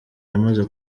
yamaze